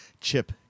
chip